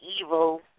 evil